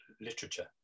literature